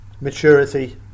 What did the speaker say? maturity